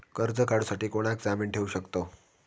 कर्ज काढूसाठी कोणाक जामीन ठेवू शकतव?